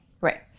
right